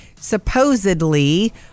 Supposedly